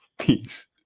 Peace